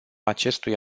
acestui